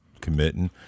committing